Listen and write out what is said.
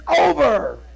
over